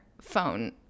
phone